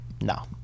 No